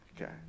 Okay